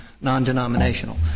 non-denominational